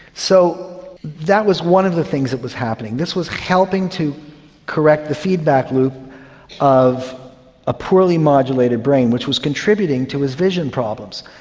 so that was one of the things that was happening. this was helping to correct the feedback loop of a poorly modulated brain which was contributing to his vision problems.